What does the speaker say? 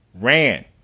Ran